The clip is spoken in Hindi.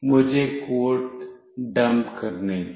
मुझे कोड डंप करने दो